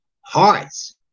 hearts